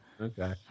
Okay